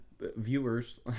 viewers